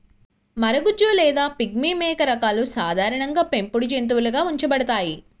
మరగుజ్జు లేదా పిగ్మీ మేక రకాలు సాధారణంగా పెంపుడు జంతువులుగా ఉంచబడతాయి